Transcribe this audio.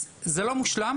אז זה לא מושלם.